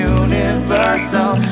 universal